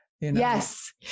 Yes